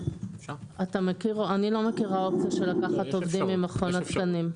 אני לא מכירה אופציה של לקחת עובדים ממכון התקנים.